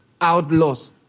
out-laws